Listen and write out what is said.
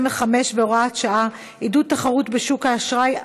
25 והוראת שעה) (עידוד תחרות בשוק האשראי),